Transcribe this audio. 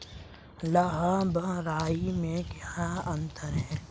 लाह व राई में क्या अंतर है?